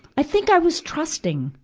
i think i was trusting.